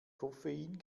koffein